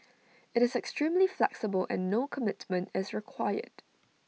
IT is extremely flexible and no commitment is required